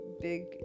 big